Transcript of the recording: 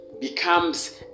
becomes